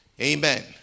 Amen